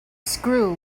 screw